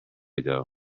ago